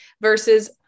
versus